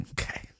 Okay